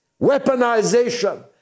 weaponization